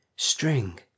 string